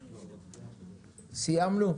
סיימנו?